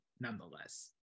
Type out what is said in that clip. nonetheless